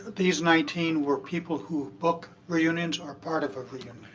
these nineteen were people who book reunions or part of a reunion?